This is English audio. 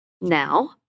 Now